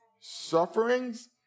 sufferings